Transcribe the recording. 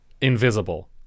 Invisible